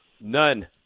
None